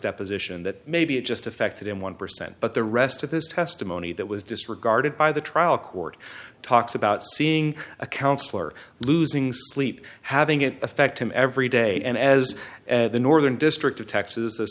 deposition that maybe it just affected him one percent but the rest of his testimony that was disregarded by the trial court talks about seeing a counselor losing sleep having it affect him every day and as the northern district of texas